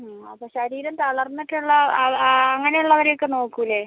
മ് അപ്പം ശരീരം തളർന്നിട്ടുള്ള ആൾ ആ ആ അങ്ങനെ ഉള്ളവരെ ഒക്കെ നോക്കില്ലേ